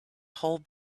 hold